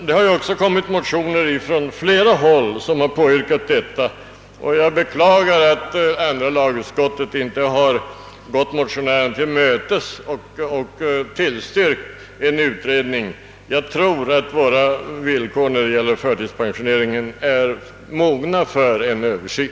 Det har ju också väckts motioner från olika håll, där man påyrkat detta, och jag beklagar, att andra lagutskottet inte gått motionärerna till mötes och tillstyrkt en utredning. Jag tror att våra villkor vad beträffar förtidspensioneringen är mogna för en Översyn.